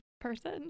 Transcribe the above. person